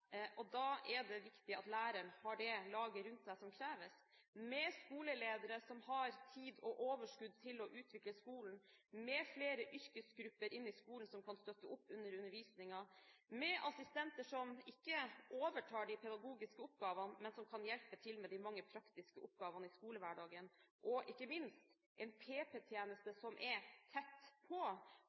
Da er det viktig at læreren har det laget rundt seg som kreves: et lag med skoleledere som har tid og overskudd til å utvikle skolen, med flere yrkesgrupper inn i skolen som kan støtte opp under undervisningen, med assistenter som ikke overtar de pedagogiske oppgavene, men som kan hjelpe til med de mange praktiske oppgavene i skolehverdagen, og ikke minst, en PP-tjeneste som er tett på,